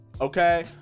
Okay